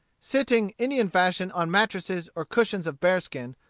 sitting indian-fashion on mattresses or cushions of bearskin,